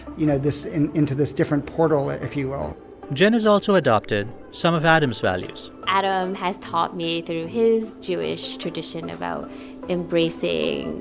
you know, this into this different portal, if you will jen has also adopted some of adam's values adam has taught me, through his jewish tradition, about embracing